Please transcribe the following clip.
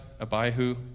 Abihu